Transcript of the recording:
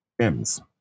M's